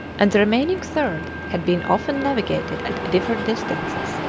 and the remaining third had been often navigated at different distances.